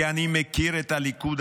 כי אני מכיר את הליכוד,